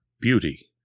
beauty